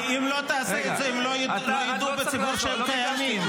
הרי אם לא תעשה את זה לא ידעו בציבור שהם קיימים,